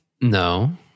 no